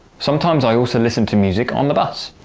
sometimes i also listen to music on the bus.